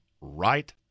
right